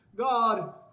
God